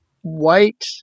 white